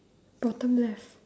bottom left